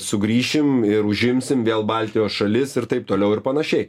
sugrįšim ir užimsim vėl baltijos šalis ir taip toliau ir panašiai